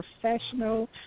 professional